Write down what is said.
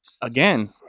Again